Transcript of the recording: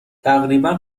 تقریبا